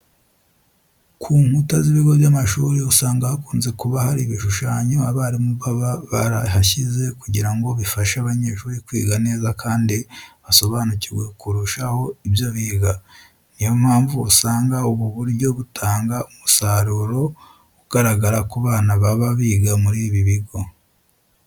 Ku nkuta z'ibigo by'amashuri usanga hakunze kuba hari ibishushanyo abarimu baba barahashyize kugira ngo bifashe abanyeshuri kwiga neza kandi basobanukirwe kurushaho ibyo biga. Niyo mpamvu usanga ubu buryo butanga umusaruro ugaragara ku bana baba biga muri ibi bigo.